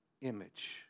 image